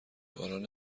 باران